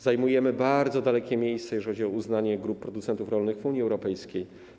Zajmujemy bardzo dalekie miejsce, jeżeli chodzi o uznanie grup producentów rolnych w Unii Europejskiej.